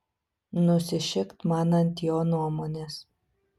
nusišikt man ant jo nuomonės